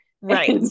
right